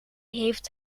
heeft